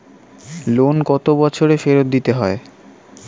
Loan কত বছরে ফেরত দিতে হয়?